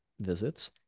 visits